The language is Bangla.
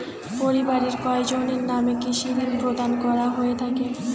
পরিবারের কয়জনের নামে কৃষি ঋণ প্রদান করা হয়ে থাকে?